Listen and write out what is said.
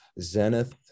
Zenith